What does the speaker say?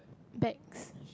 bags